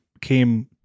came